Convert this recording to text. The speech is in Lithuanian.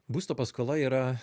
būsto paskola yra